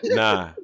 nah